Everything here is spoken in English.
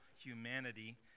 Humanity